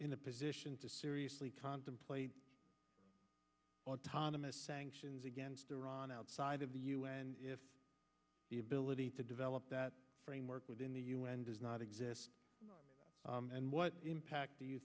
in a position to seriously contemplate autonomous sanctions against iran outside of the un if the ability to develop that framework within the u n does not exist and what impact do you